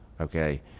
Okay